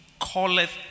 calleth